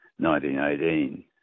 1918